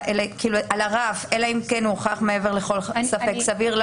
אלא אם כן הוכח מעבר לכל ספק סביר?